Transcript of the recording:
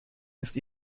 ist